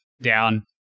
down